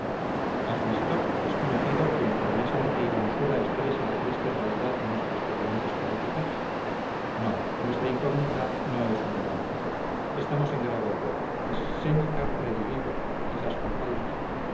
has visto has conocido quien con más arte y donosura exprese la triste realidad de nuestras pequeñeces políticas no nuestra incógnita no es una dama estamos en grave error es séneca redivivo quizás con faldas